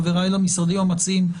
חבריי למשרדים המציעים,